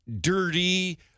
dirty